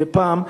מדי פעם,